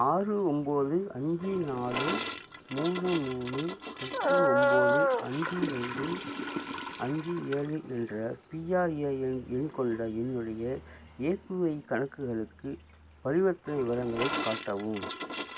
ஆறு ஒம்பது அஞ்சு நாலு மூணு மூணு எட்டு ஒம்பது அஞ்சு இரண்டு அஞ்சு ஏழு என்ற பிஆர்ஏஎன் எண் கொண்ட என்னுடைய ஏபிஒய் கணக்குகளுக்கு பரிவர்த்தனை விவரங்களைக் காட்டவும்